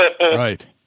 Right